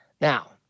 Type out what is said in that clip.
Now